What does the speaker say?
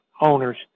owners